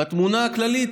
בתמונה הכללית,